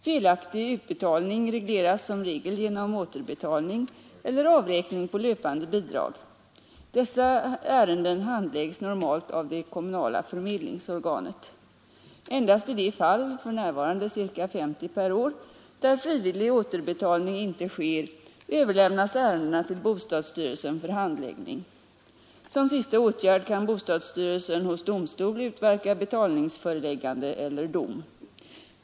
Felaktig utbetalning regleras som regel genom återbetalning eller avräkning på löpande bidrag. Dessa ärenden handläggs normalt av det kommunala förmedlingsorganet. Endast i de fall — för närvarande ca 50 per år — där frivillig återbetalning inte sker överlämnas ärendena till bostadsstyrelsen för handläggning. Som sista åtgärd kan bostadsstyrelsen hos domstol utverka betalningsföreläggande eller dom.